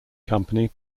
company